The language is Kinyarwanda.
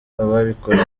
ababikoze